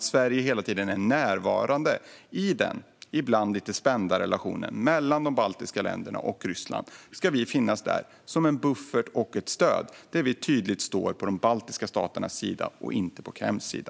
Sverige ska hela tiden vara närvarande i den ibland lite spända relationen mellan de baltiska länderna och Ryssland. Vi ska finnas där som en buffert och ett stöd där vi tydligt står på de baltiska staternas sida och inte på Kremls sida.